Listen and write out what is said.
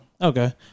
okay